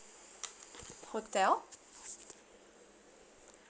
hotel